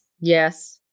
Yes